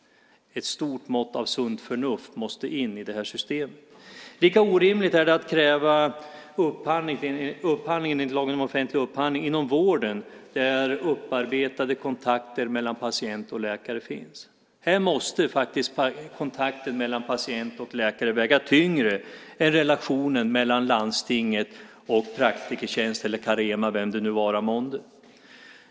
Ett stort mått av sunt förnuft måste in i det här systemet. Lika orimligt är det att kräva upphandling enligt lagen om offentlig upphandling inom vården, där upparbetade kontakter mellan patient och läkare finns. Här måste faktiskt kontakten mellan patient och läkare väga tyngre än relationen mellan landstinget och Praktikertjänst eller Carema, vem det vara månde.